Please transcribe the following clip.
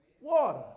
water